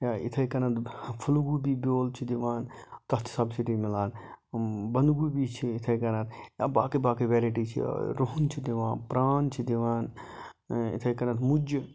یا یِتھے کَنیتھ فٔل گوٗبی بیول چھِ دِوان تَتھ چھِ سَبسِڈی مِلان بَند گوبی چھُ یِتھے کَنیتھ یا باقٕے باقٕے ویرایٹی چھِ رُہَن چھُ دِوان پران چھُ دِوان یِتھے کَنیتھ مُجہِ